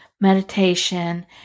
meditation